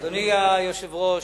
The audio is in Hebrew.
אדוני היושב-ראש,